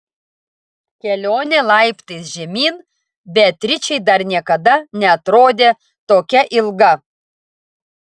kelionė laiptais žemyn beatričei dar niekada neatrodė tokia ilga